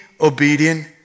obedient